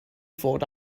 fod